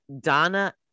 Donna